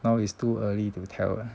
now is too early to tell lah